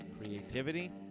creativity